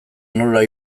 nola